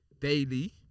daily